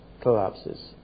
collapses